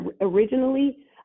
originally